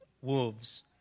Wolves